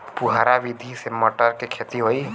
फुहरा विधि से मटर के खेती होई